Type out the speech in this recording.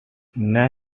kingsley